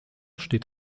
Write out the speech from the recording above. steht